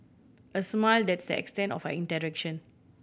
a smile that's the extent of our interaction